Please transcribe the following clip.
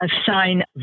assign